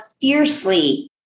fiercely